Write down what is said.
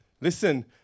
Listen